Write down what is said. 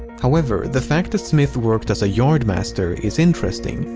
however, the fact that smith worked as a yardmaster is interesting.